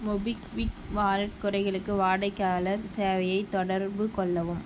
MobiKwik wallet குறைகளுக்கு வாடிக்கையாளர் சேவையை தொடர்புக்கொள்ளவும்